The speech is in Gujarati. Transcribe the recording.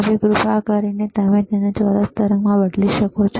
હવે કૃપા કરીને તમે તેને ચોરસ તરંગમાં બદલી શકો છો